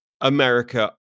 America